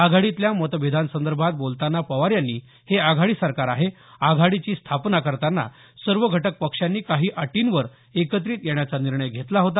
आघाडीतल्या मतभेदासंदर्भात बोलतांना पवार यांनी हे आघाडी सरकार आहे आघाडीची स्थापना करताना सर्व घटक पक्षांनी काही अटींवर एकत्रित येण्याचा निर्णय घेतला होता